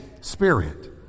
Spirit